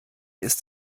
ist